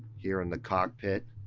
here in the cockpit.